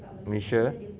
malaysia